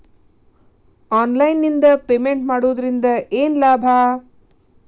Online ನಿಂದ payment ಮಾಡುವುದರಿಂದ ಏನು ಲಾಭ?